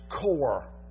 core